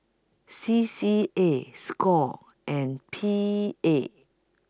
C C A SCORE and P A